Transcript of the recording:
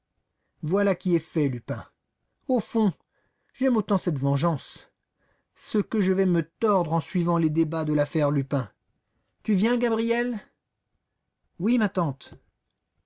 voilà qui est fait lupin au fond j'aime autant cette vengeance ce que je vais me tordre en suivant les débats de l'affaire lupin tu viens gabriel oui ma tante